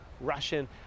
Russian